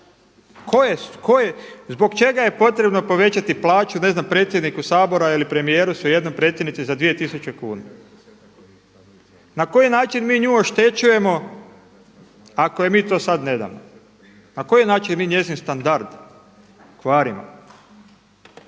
Zbog čega je potrebno povećati plaću ne znam predsjedniku Sabora ili premijeru, svejedno, predsjednici za 2 tisuće kuna. Na koji način mi nju oštećujemo ako mi joj to sad ne damo. Na koji način mi njezin standard kvarimo?